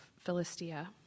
Philistia